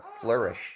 flourish